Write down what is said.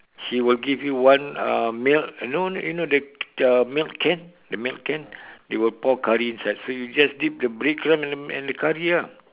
he will give you one uh milk you know you know the milk can the milk can they will pour curry inside so you just dip the bread crumbs in the in the curry ah